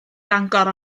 fangor